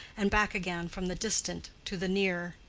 and back again from the distant to the near?